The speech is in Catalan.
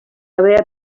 haver